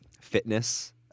fitness